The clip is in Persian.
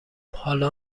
حالا